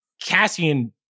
Cassian